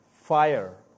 fire